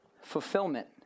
fulfillment